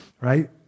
right